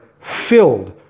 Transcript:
filled